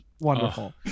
wonderful